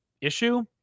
issue